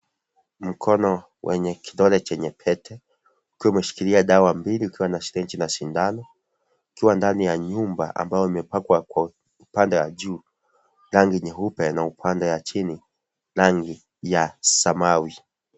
Mkono wenye kidole chenye pete ukiwa umeshikilia dawa mbili ukiwa na siringi na sindano ukiwa ndani ya nyumba ambayo imepakwa kwa upande ya juu rangi nyeupe na upande ya chini rangi ya samawi.